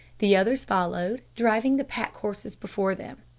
the others followed, driving the pack-horses before them.